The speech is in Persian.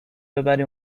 ببری